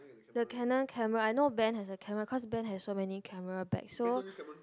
the Canon camera I know Ben has a camera cause Ben has so many camera bag so